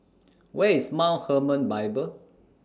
Where IS Mount Hermon Bible